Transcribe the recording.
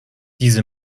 diese